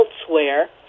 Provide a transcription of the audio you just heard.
Elsewhere